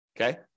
Okay